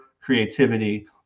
creativity